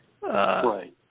Right